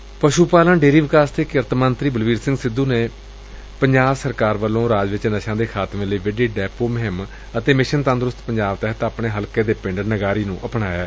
ਪੰਜਾਬ ਦੇ ਪਸ਼ੁ ਪਾਲਣ ਡੇਅਰੀ ਵਿਕਾਸ ਤੇ ਕਿਰਤ ਮੰਤਰੀ ਬਲਬੀਰ ਸਿੰਘ ਸਿੱਧੁ ਨੇ ਪੰਜਾਬ ਸਰਕਾਰ ਵੱਲੋਂ ਰਾਜ ਵਿਚ ਨਸ਼ਿਆਂ ਦੇ ਖਾਤਮੇ ਲਈ ਵਿੱਢੀ ਡੈਪੋ ਮੁਹਿੰਮ ਅਤੇ ਮਿਸ਼ਨ ਤੰਦਰੁਸਤ ਪੰਜਾਬ ਤਹਿਤ ਆਪਣੇ ਹਲਕੇ ਦੇ ਪਿੰਡ ਨਗਾਰੀ ਨੂੰ ਅਪਣਾਇਐ